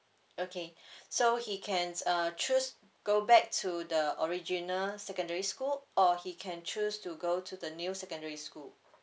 okay so he can uh choose go back to the original secondary school or he can choose to go to the new secondary school